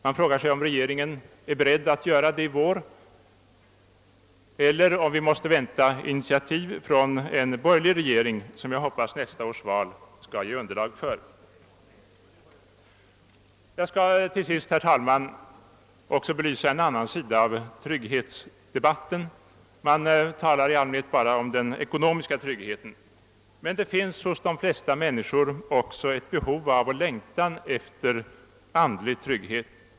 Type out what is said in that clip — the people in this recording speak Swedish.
Man frågar sig, om regeringen är beredd att göra det i vår, eller om vi måste vänta på initiativ från den borgerliga regering som jag hoppas att nästa års val skall ge underlag för. Till sist skall jag också något belysa en annan sida av trygghetsdebatten. Man talar i allmänhet bara om den ekonomiska tryggheten, men det finns hos de flesta människor också ett behov av och längtan efter andlig trygghet.